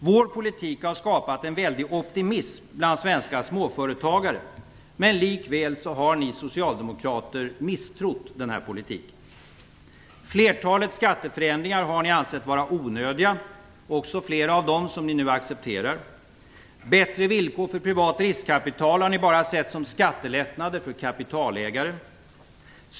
Vår politik har skapat en väldig optimism bland svenska småföretagare. Men likväl har ni socialdemokrater misstrott den politiken. Flertalet skatteförändringar har ni ansett vara onödiga, också flera av dem som ni nu accepterar. Bättre villkor för privat riskkapital har ni bara sett som skattelättnader för kapitalägare.